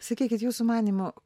sakykit jūsų manymu